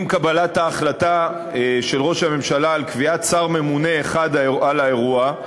עם קבלת ההחלטה של ראש הממשלה על קביעת שר ממונה אחד על האירוע,